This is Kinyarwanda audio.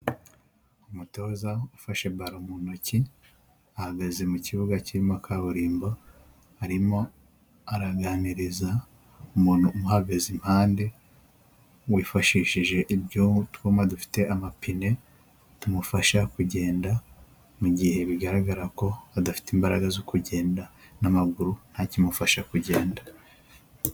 Umutoza ufashe baro mu ntoki, ahagaze mu cyibuga cyirimo kaburimbo, arimo araganiriza umuntu umuhagaze impande wifashishije itwuma dufite amapine tumufasha kugenda, mu gihe bigaragara ko adafite imbaraga zo kugenda n'amaguru ntakimufasha kugenda.